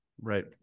right